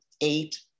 eight